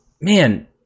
man